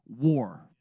war